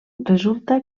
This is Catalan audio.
resulta